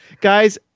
guys